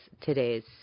today's